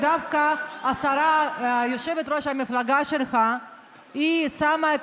ודווקא יושבת-ראש המפלגה שלך שמה את